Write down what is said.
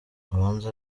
ubanza